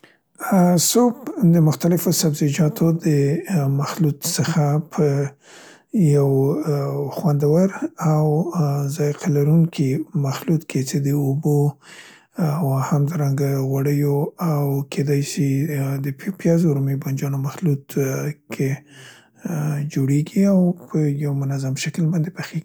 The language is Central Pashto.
ا، سوپ د مختلفو سبزیجاتو د مخلوط څخه په یو خوندور او ذایقه لرونکي مخلوط کې څې د اوبو او همدارنګه غوړیو او کیدای سي د پي، پیازو، رومي بانجانو مخلوط کې، ا، جوړیګي او په یو منظم شکل باندې پخیګي.